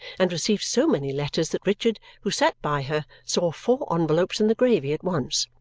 and received so many letters that richard, who sat by her, saw four envelopes in the gravy at once.